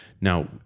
Now